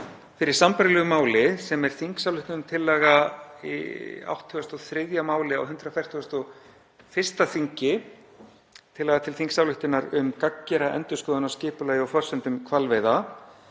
fyrir sambærilegu máli sem er þingsályktunartillaga í 83. máli á 141. þingi, tillaga til þingsályktunar um gagngera endurskoðun á skipulagi og forsendum hvalveiða,